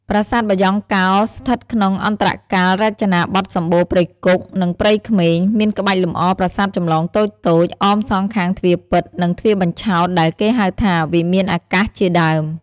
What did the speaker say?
ប្រាសាទបាយ៉ង់កោ ស្ថិតក្នុងអន្តរកាលរចនាបថសម្បូរព្រៃគុក និងព្រៃក្មេង មានក្បាច់លម្អប្រាសាទចម្លងតូចៗ អមសងខាងទ្វារពិត និងទ្វារបញ្ឆោត ដែលគេហៅថា វិមានអាកាសជាដើម។